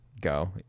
go